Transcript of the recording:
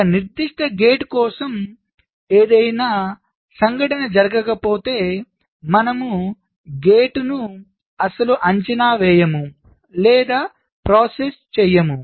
ఒక నిర్దిష్ట గేట్ కోసం ఏదైనా సంఘటన జరగకపోతే మనము గేట్ను అస్సలు అంచనా వేయము లేదా ప్రాసెస్ చేయము